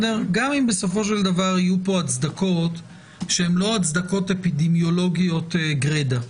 גם אם בסופו של דבר יהיו פה הצדקות שאינן אפידמיולוגיות גרידא.